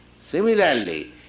Similarly